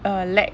a lack